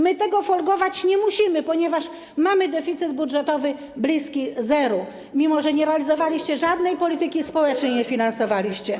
My temu folgować nie musimy, ponieważ mamy deficyt budżetowy bliski zeru, mimo że wy nie realizowaliście żadnej polityki społecznej i jej nie finansowaliście.